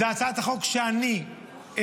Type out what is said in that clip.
זו הצעת חוק שאני הצעתי,